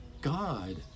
God